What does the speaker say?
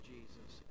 Jesus